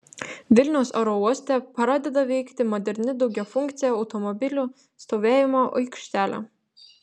vilniaus oro uoste pradeda veikti moderni daugiafunkcė automobilių stovėjimo aikštelė